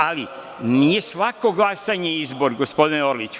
Ali, nije svako glasanje izbor, gospodine Orliću.